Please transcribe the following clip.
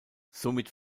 somit